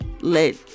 let